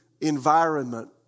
environment